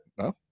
no